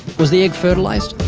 was the egg fertilized?